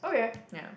yeah